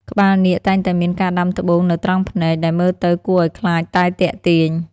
ក្បាលនាគតែងតែមានការដាំត្បូងនៅត្រង់ភ្នែក ដែលមើលទៅគួរឱ្យខ្លាចតែទាក់ទាញ។